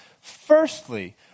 Firstly